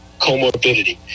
comorbidity